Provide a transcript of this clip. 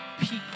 people